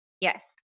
yes